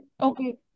Okay